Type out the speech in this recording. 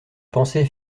pensait